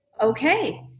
okay